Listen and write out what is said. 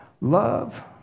Love